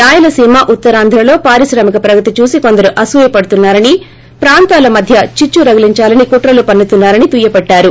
రాయలసీమ ఉత్తరాంధ్రలో పారిశ్రామిక ప్రగతి చూసి కొందరు అసూయపడుతున్నారని ప్రాంతాల మధ్య చిచ్చు రగిలించాలని కుట్రలు పన్నుతున్నారని దుయ్యబట్టారు